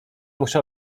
muszę